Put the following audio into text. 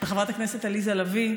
וחברת הכנסת עליזה לביא.